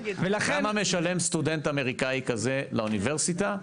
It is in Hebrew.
כמה משלם סטודנט אמריקאי כזה לאוניברסיטה,